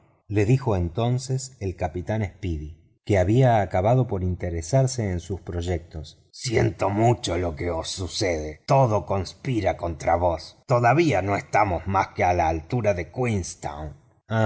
le dijo entonces el capitán speedy que había acabado por interesarse en sus proyectos siento mucho lo que os suceue todo conspira contra vos todavía no estamos más que a la altura de